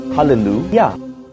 Hallelujah